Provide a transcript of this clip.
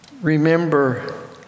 Remember